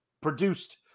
produced